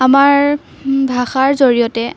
আমাৰ ভাষাৰ জৰিয়তে